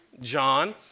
John